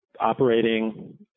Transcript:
operating